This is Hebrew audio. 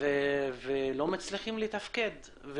ולא מצליחים לתפקד.